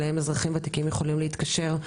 אליו אזרחים ותיקים יכולים להתקשר,